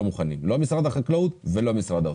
מוכנים לא משרד החקלאות ולא משרד האוצר.